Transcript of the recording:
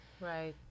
Right